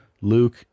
Luke